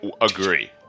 agree